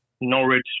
Norwich